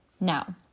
Now